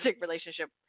relationship